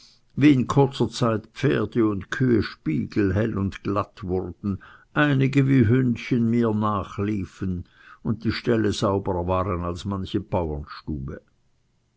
wie in kurzer zeit pferde und kühe spiegelhell und glatt wurden einige wie hündchen mir nachliefen und die ställe sauberer waren als manche